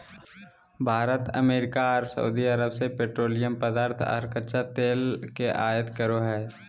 Bharat America आर सऊदीअरब से पेट्रोलियम पदार्थ आर कच्चा तेल के आयत करो हय